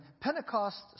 Pentecost